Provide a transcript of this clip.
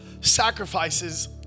sacrifices